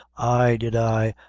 ay did i,